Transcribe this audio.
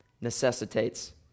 necessitates